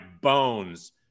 bones